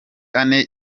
ane